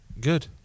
good